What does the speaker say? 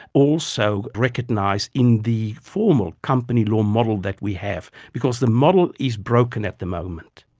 also recognised in the formal company law model that we have? because the model is broken at the moment.